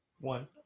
One